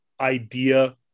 idea